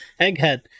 Egghead